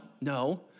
no